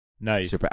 Nice